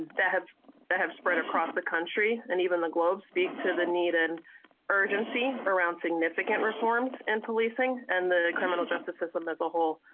have ah have spread across the. country and even the globe speak to the needed urgency around significant reforms and policing and the criminal justice system as a whole.